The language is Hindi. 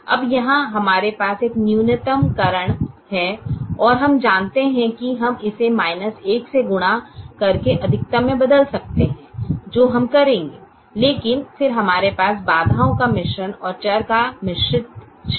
अब यहां हमारे पास एक न्यूनतमकरण है और हम जानते हैं कि हम इसे 1 से गुणा करके अधिकतम में बदल सकते हैं जो हम करेंगे लेकिन फिर हमारे पास बाधाओं का मिश्रण और चर का मिश्रित सेट है